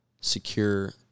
secure